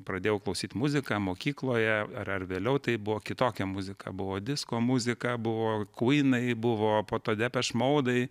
pradėjau klausyti muziką mokykloje ar ar vėliau tai buvo kitokia muzika buvo disko muzika buvo kvynai buvo po to depeš moudai